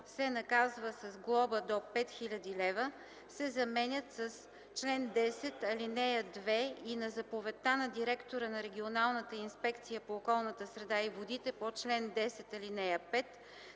се наказва с глоба до 5000 лв.” се заменят с „чл. 10, ал. 2 и на заповедта на директора на регионалната инспекция по околната среда и водите по чл. 10, ал. 5,